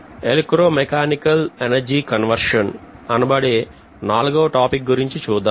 electro mechanical energy conversion అనబడే నాలుగవ topic గురించి చూద్దాం